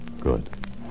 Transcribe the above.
Good